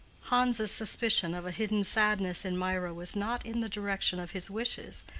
hans's suspicion of a hidden sadness in mirah was not in the direction of his wishes,